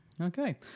Okay